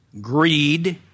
greed